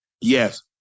yes